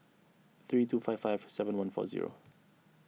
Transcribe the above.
three two five five seven one four zero